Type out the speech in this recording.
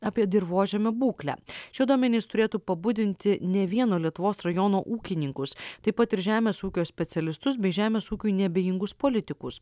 apie dirvožemio būklę šie duomenys turėtų pabudinti ne vieno lietuvos rajono ūkininkus taip pat ir žemės ūkio specialistus bei žemės ūkiui neabejingus politikus